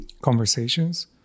conversations